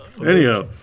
Anyhow